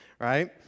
right